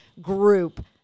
group